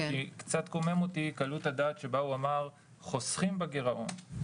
קצת קוממה אותי קלות הדעת שבה הוא אמר "חוסכים בגירעון".